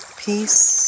peace